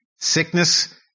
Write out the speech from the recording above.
Sickness